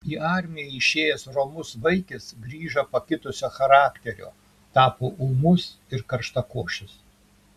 į armiją išėjęs romus vaikis grįžo pakitusio charakterio tapo ūmus ir karštakošis